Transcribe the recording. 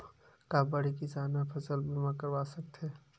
का बड़े किसान ह फसल बीमा करवा सकथे?